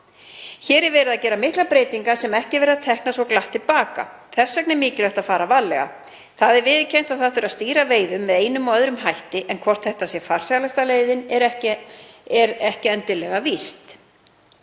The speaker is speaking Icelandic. Hér er verið að gera miklar breytingar sem ekki verða teknar svo glatt til baka. Þess vegna er mikilvægt að fara varlega. Viðurkennt er að veiðum þarf að stýra með einum eða öðrum hætti en hvort þetta er farsælasta leiðin er ekki endilega víst.